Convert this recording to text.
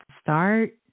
start